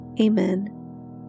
amen